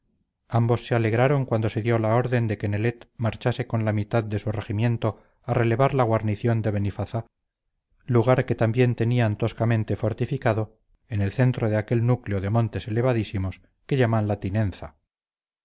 ambos se alegraron cuando se dio la orden de que nelet marchase con la mitad de su regimiento a relevar la guarnición de benifazá lugar que también tenían toscamente fortificado en el centro de aquel núcleo de montes elevadísimos que llaman la tinenza